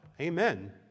Amen